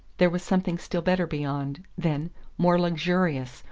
there was something still better beyond, then more luxurious,